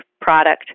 product